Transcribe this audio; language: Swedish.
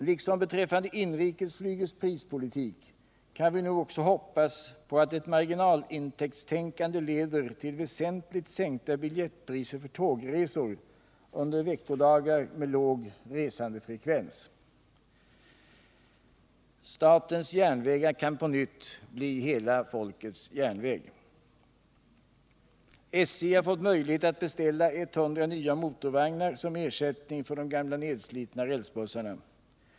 Liksom beträffande inrikesflygets prispolitik kan vi nu också hoppas på att ett marginalintäktstänkande leder till väsentligt sänkta biljettpriser för tågresor under veckodagar med låg resandefrekvens. Statens järnvägar kan på nytt bli ”hela folkets järnväg”. SJ har fått möjlighet att beställa 100 nya motorvagnar som ersättning för de gamla nedslitna rälsbussarna.